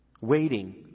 waiting